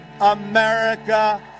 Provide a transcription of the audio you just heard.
America